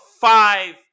five